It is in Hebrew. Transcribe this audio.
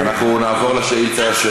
אני לא ראיתי אותך,